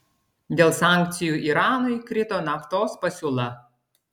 dėl sankcijų iranui krito naftos pasiūla